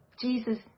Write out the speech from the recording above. Jesus